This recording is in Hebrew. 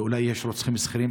ואולי יש רוצחים שכירים,